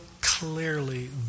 clearly